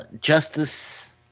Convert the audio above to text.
justice